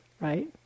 right